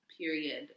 period